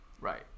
Right